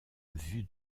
vue